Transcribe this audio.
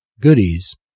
goodies